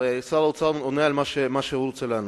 הרי שר האוצר אומר מה שהוא רוצה לענות.